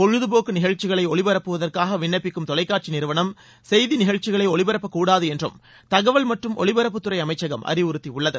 பொழுது போக்கு நிகழ்ச்சிகளை ஒளிபரப்புவதற்காக விண்ணப்பிக்கும் தொலைக்காட்சி நிறுவனம் செய்தி மற்றும் நடப்பு சம்பந்தப்பட்ட நிகழ்ச்சிகளை ஒளிபரப்பக்கூடாது என்றும் தகவல் மற்றும் ஒலிபரப்புத்துறை அமைச்சகம் அறிவுறுத்தியுள்ளது